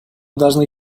должны